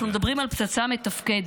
אנחנו מדברים על פצצה מתקתקת.